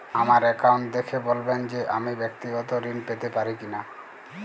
আমার অ্যাকাউন্ট দেখে বলবেন যে আমি ব্যাক্তিগত ঋণ পেতে পারি কি না?